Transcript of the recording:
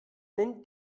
nennt